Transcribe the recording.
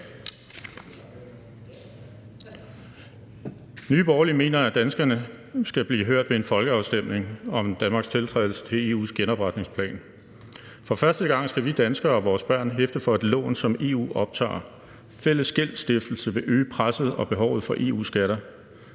Nye Borgerlige mener, at danskerne skal høres ved en folkeafstemning om Danmarks tiltrædelse af EU's genopretningsplan. For første gang skal vi danskere og vores børn hæfte for et lån, som EU optager. Fælles gældsstiftelse vil øge presset på behovet for EU-skatter.